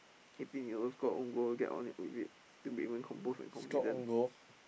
eighteen year old scored own goal get on with it still remain composed and confident